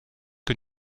que